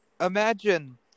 imagine